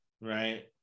right